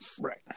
Right